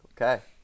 Okay